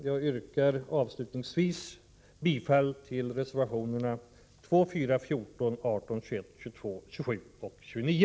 Jag yrkar avslutningsvis bifall till reservationerna 2,4, 14, 18, 21, 22, 27 och 29.